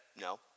No